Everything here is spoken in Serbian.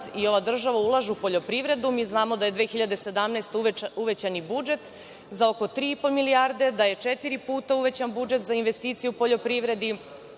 i ova država ulažu u poljoprivredu, a mi znamo da je 2017. godine uvećan budžet za oko 3,5 milijarde, da je četiri puta uvećan budžet za investicije u poljoprivredi,